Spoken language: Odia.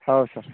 ହଉ ସାର୍